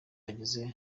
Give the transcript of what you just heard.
ageze